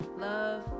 love